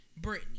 Britney